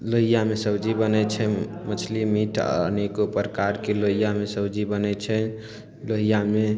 लोहियामे सब्जी बनय छै मछली मीट अनेको प्रकारके लोहियामे सब्जी बनय छै लोहियामे